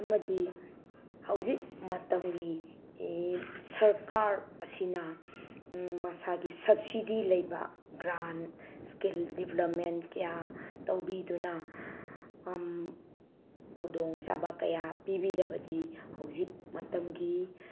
ꯑꯃꯗꯤ ꯍꯧꯖꯤꯛ ꯃꯇꯝꯒꯤ ꯁꯔꯀꯥꯔ ꯑꯁꯤꯅ ꯃꯁꯥꯒꯤ ꯁꯞꯁꯤꯗꯤ ꯂꯩꯕ ꯒ꯭ꯔꯥꯟ ꯏꯁꯀꯤꯜ ꯗꯦꯚꯂꯞꯃꯦꯟ ꯀꯌꯥ ꯇꯧꯕꯤꯗꯨꯅ ꯈꯨꯗꯣꯡ ꯆꯥꯕ ꯀꯌꯥ ꯄꯤꯕꯤꯔꯕꯗꯤ ꯍꯧꯖꯤꯛ ꯃꯇꯝꯒꯤ